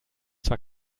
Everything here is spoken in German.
zwar